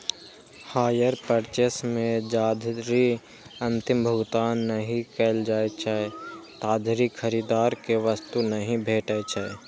hire purchase मे जाधरि अंतिम भुगतान नहि कैल जाइ छै, ताधरि खरीदार कें वस्तु नहि भेटै छै